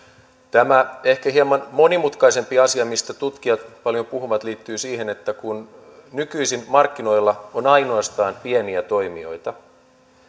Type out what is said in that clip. tämä ehkä hieman monimutkaisempi asia mistä tutkijat paljon puhuvat liittyy siihen että kun nykyisin markkinoilla on ainoastaan pieniä toimijoita